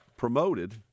Promoted